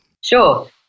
Sure